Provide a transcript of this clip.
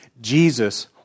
Jesus